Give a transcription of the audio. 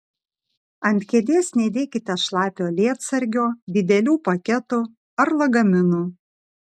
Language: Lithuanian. ant kėdės nedėkite šlapio lietsargio didelių paketų ar lagaminų